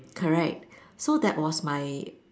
correct so that was my